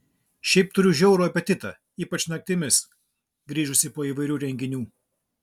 šiaip turiu žiaurų apetitą ypač naktimis grįžusi po įvairių renginių